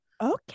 Okay